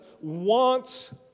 wants